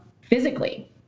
physically